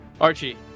Archie